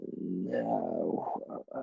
No